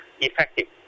Effective